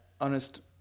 honest